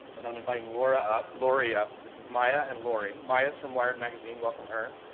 and i'm inviting laura up lori up. this is maya and lori. maya is from wired magazine, welcome her,